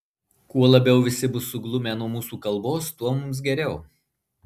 kuo labiau visi bus suglumę nuo mūsų kalbos tuo mums geriau